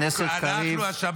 אי-אפשר לפטר את ראש התביעה הכללית.